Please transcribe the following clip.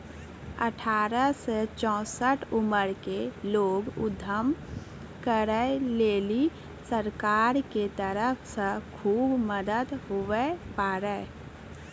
अठारह से चौसठ उमर के लोग उद्यम करै लेली सरकार के तरफ से खुब मदद हुवै पारै